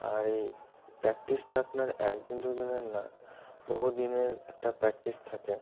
আর এই প্র্যাকটিসটা আপনার একদিন দুদিনের না বহু দিনের একটা প্র্যাকটিস থাকে